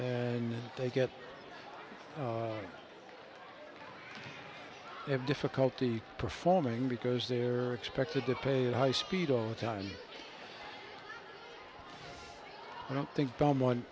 and they get a difficulty performing because they're expected to play at high speed all the time i don't think bomb one